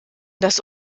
das